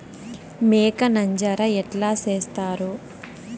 మేక నంజర ఎట్లా సేస్తారు?